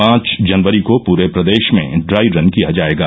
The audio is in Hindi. पांच जनवरी को पूरे प्रदेश में डाई रन किया जायेगा